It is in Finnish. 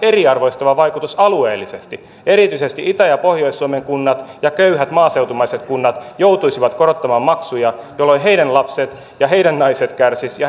alueellisesti eriarvoistava vaikutus erityisesti itä ja pohjois suomen kunnat ja köyhät maaseutumaiset kunnat joutuisivat korottamaan maksuja jolloin heidän lapsensa ja heidän naisensa kärsisivät